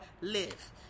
live